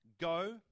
Go